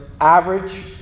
average